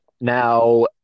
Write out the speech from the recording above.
Now